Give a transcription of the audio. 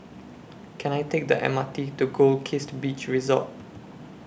Can I Take The M R T to Goldkist Beach Resort